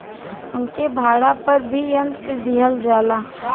उनके भाड़ा पर भी यंत्र दिहल जाला